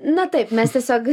na taip mes tiesiog